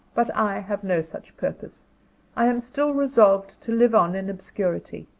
but i have no such purpose i am still resolved to live on in obscurity,